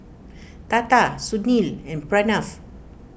Tata Sunil and Pranav